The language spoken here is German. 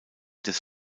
des